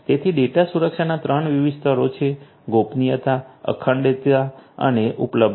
તેથી ડેટા સુરક્ષાના ત્રણ વિવિધ સ્તરો છે ગોપનીયતા અખંડિતતા અને ઉપલબ્ધતા